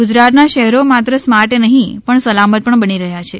ગુજરાતના શહેરો માત્ર સ્માર્ટ નહિ પણ સલામત પણ બની રહ્યા છે